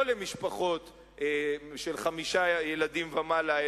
לא למשפחות של חמישה ילדים ומעלה,